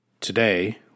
Today